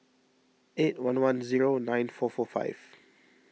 eight one one zero nine four four five